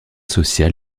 social